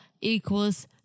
equals